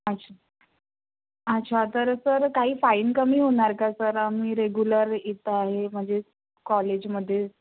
अच्छा अच्छा तर सर काही फाईन कमी होणार का सर आम्ही रेगुलर इथं आहे म्हणजे कॉलेजमध्ये